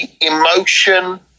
emotion